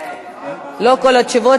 הצבעתי בטעות,